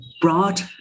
brought